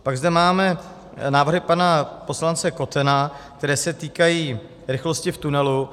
Pak zde máme návrhy pana poslance Kotena, které se týkají rychlosti v tunelu.